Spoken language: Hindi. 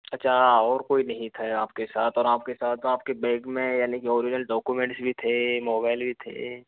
अच्छा और कोई भी नहीं था आपके साथ और आपके साथ तो आपके बैग में यानि कि ओरिजनल डाक्यूमेंट्स भी थे मोबाइल भी थे